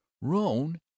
Roan